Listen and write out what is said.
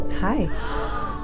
Hi